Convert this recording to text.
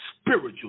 spiritual